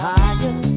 Higher